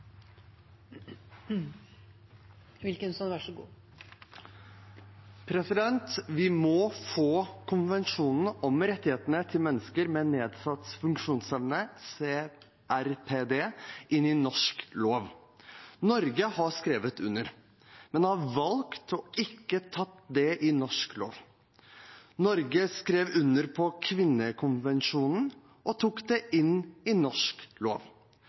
Vi må få konvensjonen om rettighetene til mennesker med nedsatt funksjonsevne, CRPD, inn i norsk lov. Norge har skrevet under, men har valgt å ikke ta den inn i norsk lov. Norge skrev under på kvinnekonvensjonen og tok den inn i norsk lov.